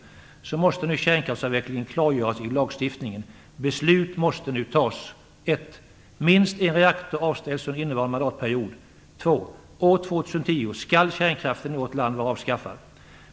Beslut måste fattas nu! 2. År 2010 skall kärnkraften i vårt land vara avskaffad.